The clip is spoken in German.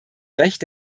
recht